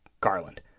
Garland